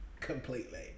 completely